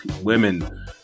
women